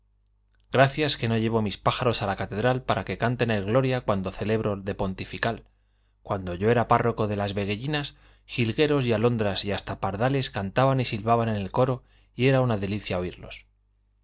gracias que no llevo mis pájaros a la catedral para que canten el gloria cuando celebro de pontifical cuando yo era párroco de las veguellinas jilgueros y alondras y hasta pardales cantaban y silbaban en el coro y era una delicia oírlos